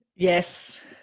Yes